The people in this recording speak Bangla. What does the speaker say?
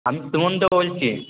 আমি সুমন্ত বলছি